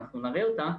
אנחנו נראה אותה,